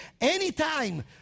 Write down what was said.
Anytime